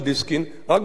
רק ביום שישי.